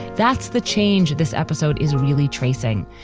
that's the change. this episode is really tracing.